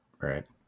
right